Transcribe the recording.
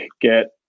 get